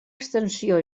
extensió